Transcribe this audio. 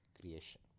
creation